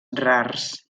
rars